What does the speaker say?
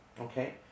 Okay